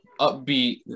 upbeat